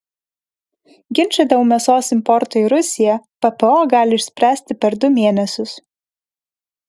ginčą dėl mėsos importo į rusiją ppo gali išspręsti per du mėnesius